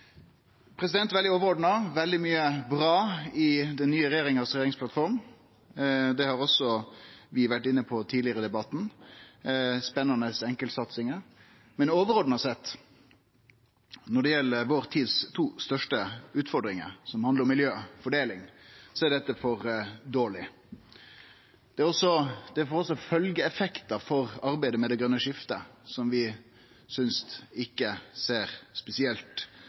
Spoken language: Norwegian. veldig mykje som er bra i regjeringsplattforma til den nye regjeringa. Det har vi vore inne på også tidlegare i debatten. Det er spennande enkeltsatsingar. Men overordna sett, når det gjeld dei to største utfordringane i vår tid, som handlar om miljø og fordeling, er dette for dårleg. Det får også følgjeeffektar for arbeidet med det grøne skiftet, som vi synest ikkje ser spesielt